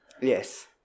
Yes